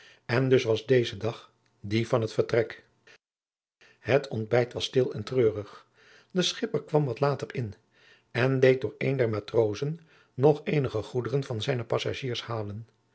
en dus was deze dag die van zijn vertrek het ontbijt was stil en treurig de schipper kwam wat later in en deed door een der matrozen nog eenige goederen van zijne passagiers halen